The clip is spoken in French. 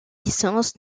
licence